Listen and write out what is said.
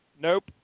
Nope